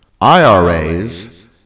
IRAs